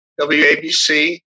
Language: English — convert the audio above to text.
WABC